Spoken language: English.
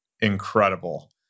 incredible